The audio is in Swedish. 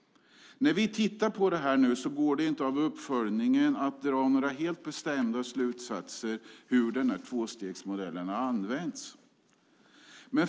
Av uppföljningen går det inte att dra några bestämda slutsatser om hur tvåstegsmodellen har använts.